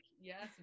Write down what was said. yes